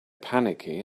panicky